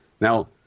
now